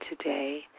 today